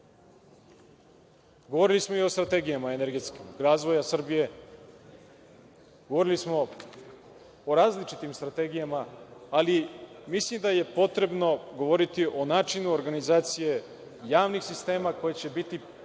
energetskim strategijama razvoja Srbije, govorili smo o različitim strategijama, ali, mislim da je potrebno govoriti o načinu organizacije javnih sistema koje će biti